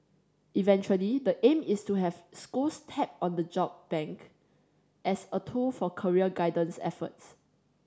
eventually the aim is to have schools tap on the job bank as a tool for career guidance efforts